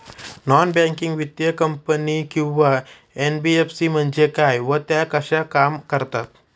Non banking वित्तीय company किंवा NBFC म्हणजे काय व त्या कशा काम करतात?